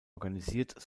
organisiert